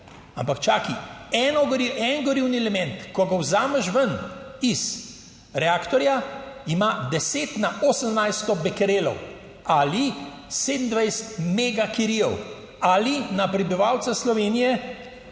eno gorivo, en gorivni element, ko ga vzameš ven iz reaktorja ima deset na 18 bekerelov ali 27 megakirijev, ali na prebivalca Slovenije